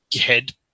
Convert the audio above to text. head